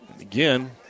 Again